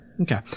Okay